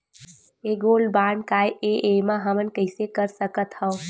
ये gold bond काय ए एमा हमन कइसे कर सकत हव?